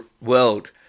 world